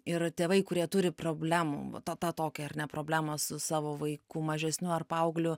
ir tėvai kurie turi problemų va tą tą tokią ar ne problemą su savo vaiku mažesniu ar paaugliu